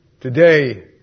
today